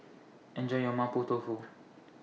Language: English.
Enjoy your Mapo Tofu